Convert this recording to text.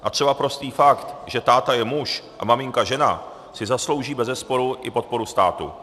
A třeba prostý fakt, že táta je muž a maminka žena, si zaslouží bezesporu i podporu státu.